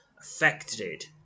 Affected